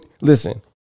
listen